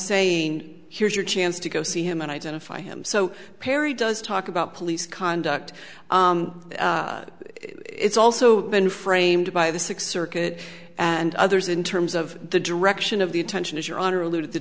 saying here's your chance to go see him and identify him so perry does talk about police conduct it's also been framed by the sixth circuit and others in terms of the direction of the attention as your honor alluded the